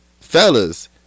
fellas